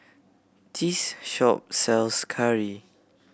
this shop sells curry